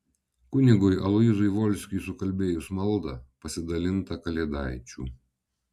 kunigui aloyzui volskiui sukalbėjus maldą pasidalinta kalėdaičių